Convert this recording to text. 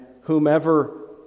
whomever